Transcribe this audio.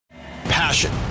Passion